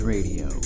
Radio